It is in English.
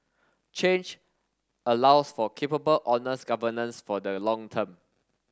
change allows for capable honest governance for the long term